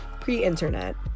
Pre-internet